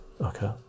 okay